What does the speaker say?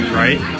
right